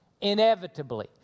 inevitably